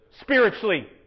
spiritually